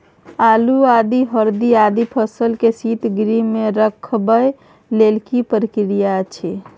आलू, आदि, हरदी आदि फसल के शीतगृह मे रखबाक लेल की प्रक्रिया अछि?